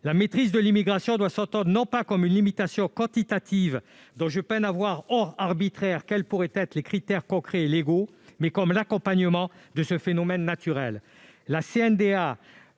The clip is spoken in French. La maîtrise de l'immigration doit s'entendre, non pas comme une limitation quantitative dont je peine à voir, à moins de tomber dans l'arbitraire, quels pourraient être les critères concrets et légaux, mais comme l'accompagnement de ce phénomène naturel.